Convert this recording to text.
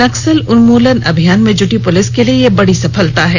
नक्सल उन्मूलन अभियान में जुटी पुलिस के लिए यह बड़ी सफलता है